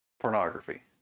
pornography